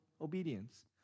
obedience